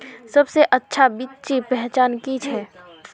सबसे अच्छा बिच्ची पहचान की छे?